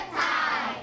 time